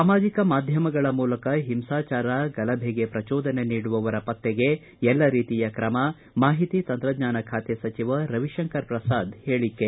ಸಾಮಾಜಿಕ ಮಾಧ್ಯಮಗಳ ಮೂಲಕ ಹಿಂಸಾಚಾರ ಗಲಭೆಗೆ ಪ್ರಜೋದನೆ ನೀಡುವವರ ಪತ್ತೆಗೆ ಎಲ್ಲ ರೀತಿಯ ಕ್ರಮ ಮಾಹಿತಿ ತಂತ್ರಜ್ಞಾನ ಖಾತೆ ಸಚಿವ ರವಿಶಂಕರ್ ಪ್ರಸಾದ್ ಹೇಳಿಕೆ